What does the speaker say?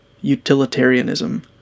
utilitarianism